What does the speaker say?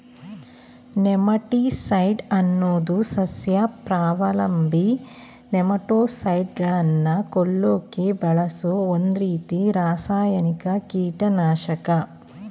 nematicide ಅನ್ನೋದು ಸಸ್ಯಪರಾವಲಂಬಿ ನೆಮಟೋಡ್ಗಳನ್ನ ಕೊಲ್ಲಕೆ ಬಳಸೋ ಒಂದ್ರೀತಿ ರಾಸಾಯನಿಕ ಕೀಟನಾಶಕ